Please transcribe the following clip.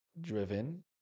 driven